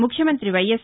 ముఖ్యమంతి వైఎస్